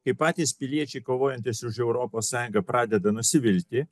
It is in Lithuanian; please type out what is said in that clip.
kai patys piliečiai kovojantys už europos sąjungą pradeda nusivilti